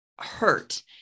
hurt